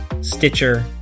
stitcher